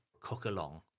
cook-along